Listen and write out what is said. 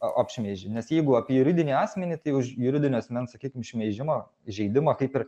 a apšmeižė nes jeigu apie juridinį asmenį tai už juridinio asmens sakykim šmeižimą įžeidimą kaip ir